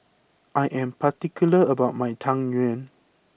I am particular about my Tang Yuan